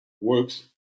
Works